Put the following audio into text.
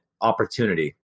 Opportunity